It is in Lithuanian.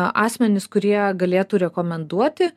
asmenys kurie galėtų rekomenduoti